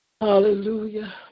Hallelujah